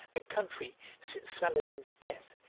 a country, since saladin's death,